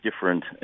different